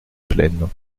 plaines